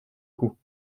coup